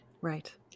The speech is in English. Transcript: Right